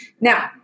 Now